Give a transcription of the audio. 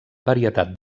varietat